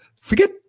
forget